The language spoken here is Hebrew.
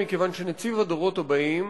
מכיוון שנציב הדורות הבאים